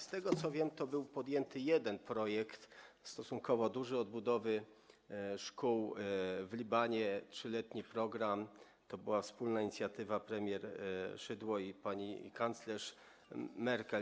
Z tego, co wiem, był podjęty jeden projekt, stosunkowo duży, odbudowy szkół w Libanie, 3-letni program - to była wspólna inicjatywa premier Szydło i kanclerz Merkel.